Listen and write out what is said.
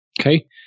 Okay